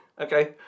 Okay